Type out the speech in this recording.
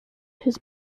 his